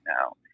now